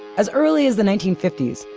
as early as the nineteen fifty s,